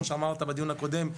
כמו שאמרת בדיון הקודם,